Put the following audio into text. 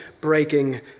breaking